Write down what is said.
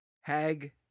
Hag